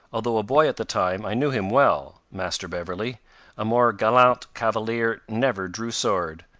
although a boy at the time, i knew him well, master beverley a more gallant cavalier never drew sword.